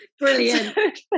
brilliant